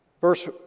verse